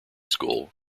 school